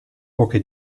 poche